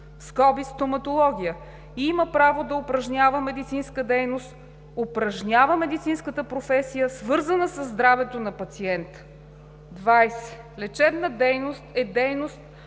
(стоматология)“ и има право да упражнява медицинска дейност, упражнява медицинската професия свързана със здравето на пациента. 20. „Лечебна дейност“ – е дейност,